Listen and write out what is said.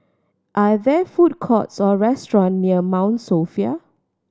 are there food courts or restaurants near Mount Sophia